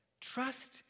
Trust